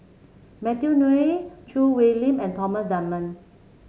Matthew Ngui Choo Hwee Lim and Thomas Dunman